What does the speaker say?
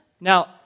Now